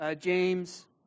James